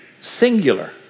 singular